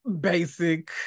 Basic